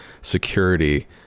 security